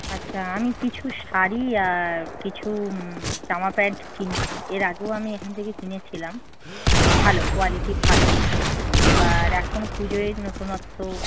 আচ্ছা আমি কিছু শাড়ি আর কিছু জামা প্যান্ট কিনব এর আগেও আমি এখান থেকে কিনেছিলাম ভালো কোয়ালিটি ভালো এবার এখন পুজোয় নতুনত্ব